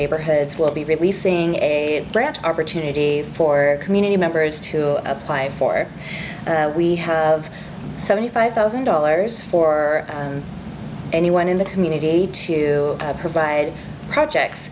neighborhoods will be releasing a branch opportunity for community members to apply for we have seventy five thousand dollars for anyone in the community to provide projects